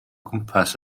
gwmpas